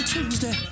Tuesday